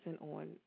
on